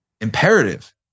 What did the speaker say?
imperative